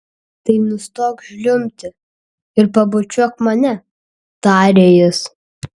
tai nustok žliumbti ir pabučiuok mane tarė jis